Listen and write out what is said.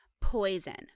Poison